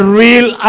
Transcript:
real